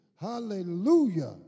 Hallelujah